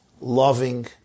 loving